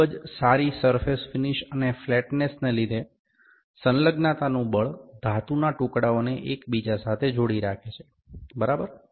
ખૂબ જ સારી સરફેસ ફિનિશ અને ફ્લેટનેસને લીધે સંલગ્નતાનું બળ ધાતુના ટુકડાઓને એકબીજા સાથે જોડી રાખે છે બરાબર